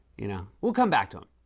you know. we'll come back to him.